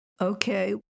Okay